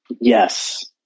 Yes